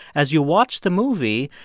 as you watch the movie,